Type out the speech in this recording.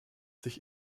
sich